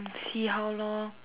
see how lor